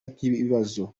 nk’ikibazo